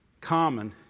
common